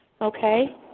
Okay